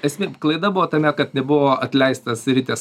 esmi klaida buvo tame kad nebuvo atleistas ritės